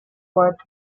poet